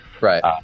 Right